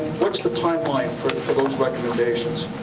what's the timeline for for those recommendations?